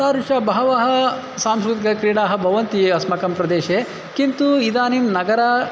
तादृश्यः बहवः सांस्कृतिकक्रीडाः भवन्ति अस्माकं प्रदेशे किन्तु इदानीं नगरम्